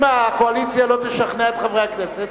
אם הקואליציה לא תשכנע את חברי הכנסת,